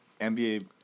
NBA